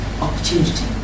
opportunity